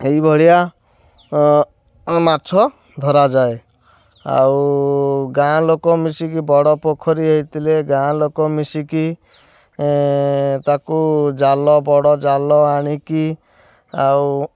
ଏଇଭଳିଆ ମାଛ ଧରାଯାଏ ଆଉ ଗାଁ ଲୋକ ମିଶିକି ବଡ଼ ପୋଖରୀ ହୋଇଥିଲେ ଗାଁ ଲୋକ ମିଶିକି ତାକୁ ଜାଲ ବଡ଼ ଜାଲ ଆଣିକି ଆଉ